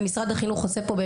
ומשרד החינוך עושה פה,